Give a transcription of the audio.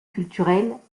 culturelle